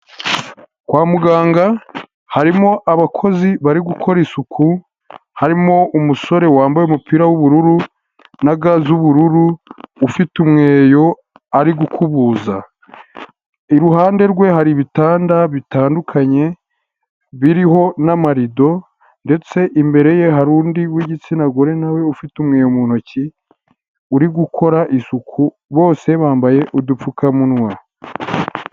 Kwa muganga harimo abakozi bari gukora isuku harimo umusore wambaye umupira w'ubururu na ga z'ubururu ufite umweyo ari gukubuza, iruhande rwe hari ibitanda bitandukanye biriho n'amarido ndetse imbere ye hari undi w'igitsina gore nawe ufite umwe mu ntoki uri gukora isuku, bose bambaye udupfukamunwa.